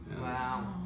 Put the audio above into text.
Wow